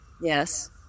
Yes